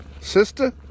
sister